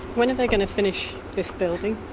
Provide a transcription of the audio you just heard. when are they going to finish this building?